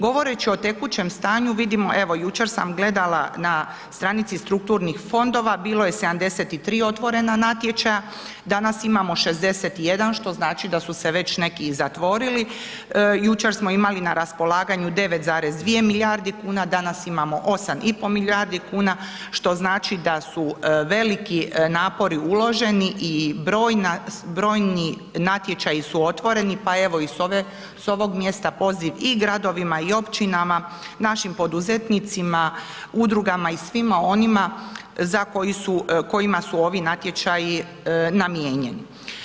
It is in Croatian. Govoreći o tekućem stanju vidimo, evo jučer sam gledala na stranici strukturnih fondova, bilo je 73 otvorena natječaja, danas imamo 61, što znači da su se već neki i zatvorili, jučer smo imali na raspolaganju 9,2 milijardi kuna, danas imamo 8,5 milijardi kuna, što znači da su veliki napori uloženi i brojni natječaji su otvoreni, pa evo i s ovog mjesta poziv i gradovima i općinama, našim poduzetnicima, udrugama i svima onima kojima su ovi natječaji namijenjeni.